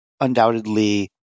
undoubtedly